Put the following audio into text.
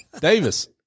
Davis